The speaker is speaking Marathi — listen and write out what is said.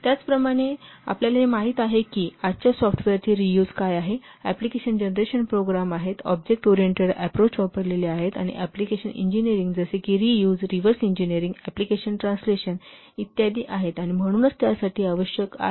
त्याचप्रमाणे आपल्याला हे माहित आहे की आजच्या सॉफ्टवेअरचे रियुज काय आहे अप्लिकेशन जनरेशन प्रोग्रॅम आहेत ऑब्जेक्ट ओरिएंटेड अप्रोच्य वापरलेले आहेत आणि अॅप्लिकेशन इंजिनीअरिंग जसे की reuse reverse engineering application translation इत्यादी आहेत आणि म्हणूनच त्यासाठी आवश्यक आहेत